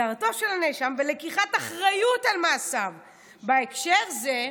"ולקיחת אחריות על מעשיו בהקשר זה,